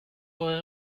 aurez